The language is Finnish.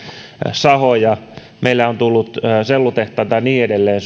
sahoja meillä on tullut sellutehtaita biotuotetehtaita ja niin edelleen